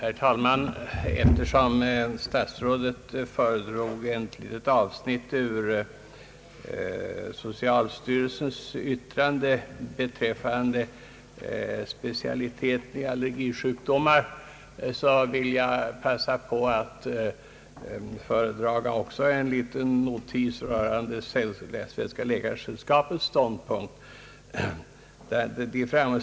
Herr talman! Eftersom statsrådet föredrog ett litet avsnitt ur socialstyrelsens yttrande beträffande specialiteten allergisjukdomar vill jag passa på att föredra en liten notis rörande Svenska läkaresällskapets ståndpunkt.